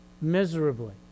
Miserably